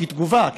כתגובה,